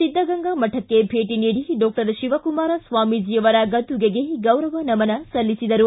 ಸಿದ್ದಗಂಗಾ ಮಠಕ್ಕೆ ಭೇಟಿ ನೀಡಿ ಡಾಕ್ಟರ್ ಶಿವಕುಮಾರ ಸ್ವಾಮೀಜಿ ಅವರ ಗದ್ದುಗೆಗೆ ಗೌರವ ನಮನ ಸಲ್ಲಿಸಿದರು